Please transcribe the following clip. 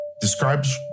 describes